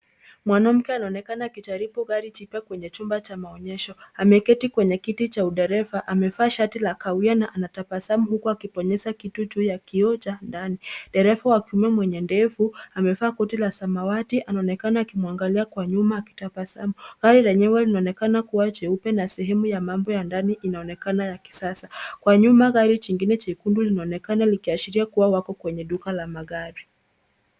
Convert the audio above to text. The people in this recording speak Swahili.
Mwanamke anaonekana akijaribu gari jipya kwenye chumba cha maonyesho. Ameketi kwenye kiti cha udereva amevaa shati la kahawia na anatabasamu huku akibonyeza kitu juu ya kioo cha ndani. Dereva wa kiume mwenye ndevu amevaa koti la samawati anaonekana akimwangalia kwa nyuma akitabasamu. Gari lenyewe linaonekana kuwa jeupe na sehemu ya mambo ya ndani inaonekana ya kisasa. Kwa nyuma gari jingine jekundu linaonekana likiashiria kuwa wako kwenye duka la magari.